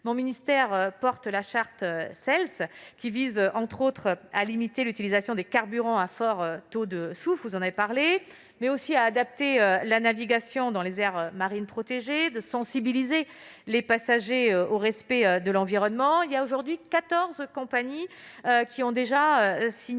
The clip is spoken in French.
mon ministère porte la charte Sails qui vise à limiter l'utilisation des carburants à fort taux de soufre, mais aussi à adapter la navigation dans les aires marines protégées et à sensibiliser les passagers au respect de l'environnement. Aujourd'hui, 14 compagnies ont déjà signé